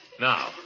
Now